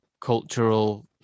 cultural